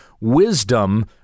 wisdom